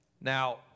Now